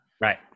Right